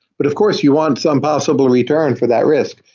but of course you want some possible return for that risk,